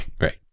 right